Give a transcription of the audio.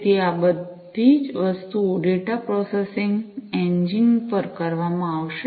તેથી આ બધી વસ્તુઓ ડેટા પ્રોસેસિંગ એન્જિન પર કરવામાં આવશે